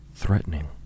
threatening